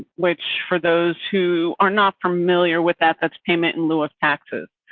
which for those who are not familiar with that that's payment and louis taxes.